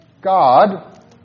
God